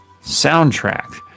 soundtrack